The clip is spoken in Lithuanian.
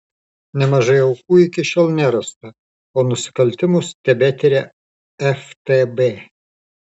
nemažai aukų iki šiol nerasta o nusikaltimus tebetiria ftb